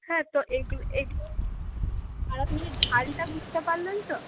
হ্যাঁ তো এগু এগুলো আপনি ঝালটা বুঝতে পারলেন তো